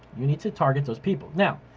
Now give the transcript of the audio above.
you need to target those people. now,